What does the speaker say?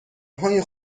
های